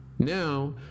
Now